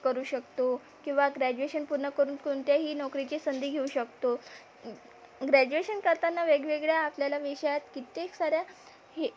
करू शकतो किंवा ग्रॅजुएशन पूर्ण करून कोणत्याही नोकरीची संधी घेऊ शकतो ग्रॅजुएशन करताना वेगवेगळ्या आपल्याला विषयांत कित्येक साऱ्या हे